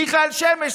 מיכאל שמש,